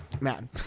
Man